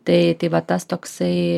tai tai va tas toksai